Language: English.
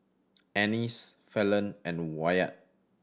Annis Fallon and Wyatt